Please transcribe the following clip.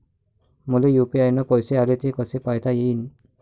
मले यू.पी.आय न पैसे आले, ते कसे पायता येईन?